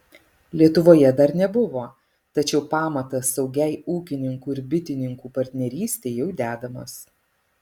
lietuvoje dar nebuvo tačiau pamatas saugiai ūkininkų ir bitininkų partnerystei jau dedamas